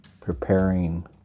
preparing